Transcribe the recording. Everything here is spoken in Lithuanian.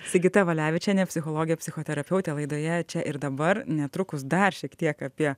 sigita valevičienė psichologė psichoterapeutė laidoje čia ir dabar netrukus dar šiek tiek apie